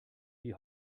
die